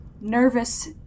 nervous